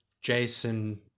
Jason